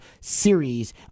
series